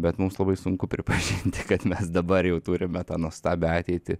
bet mums labai sunku pripažinti kad mes dabar jau turime tą nuostabią ateitį